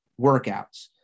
workouts